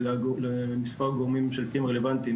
למספר גורמים ממשלתיים רלוונטיים,